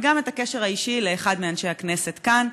וגם את הקשר האישי לאחד מאנשי הכנסת כאן.